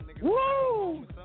Woo